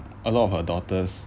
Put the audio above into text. a lot of her daughters